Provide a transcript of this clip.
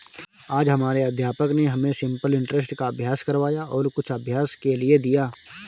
आज हमारे अध्यापक ने हमें सिंपल इंटरेस्ट का अभ्यास करवाया और कुछ अभ्यास के लिए दिया